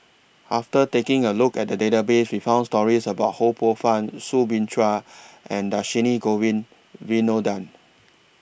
after taking A Look At The Database We found stories about Ho Poh Fun Soo Bin Chua and Dhershini Govin Winodan